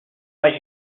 much